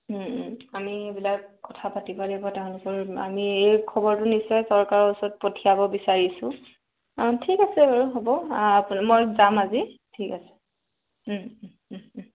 আমি এইবিলাক কথা পাতিব লাগিব তেওঁলোকৰ আমি এই খবৰটো নিশ্চয় চৰকাৰৰ ওচৰত পঠিয়াব বিচাৰিছোঁ ঠিক আছে বাৰু হ'ব মই যাম আজি ঠিক আছে ও ও ও ও